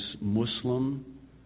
Muslim